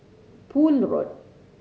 Poole Road